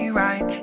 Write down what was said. right